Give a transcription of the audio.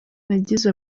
nagize